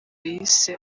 yise